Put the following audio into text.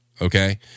Okay